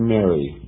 Mary